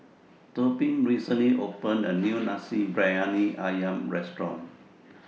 Tobin recently opened A New Nasi Briyani Ayam Restaurant